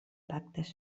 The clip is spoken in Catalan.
pactes